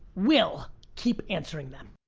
we'll keep answering them.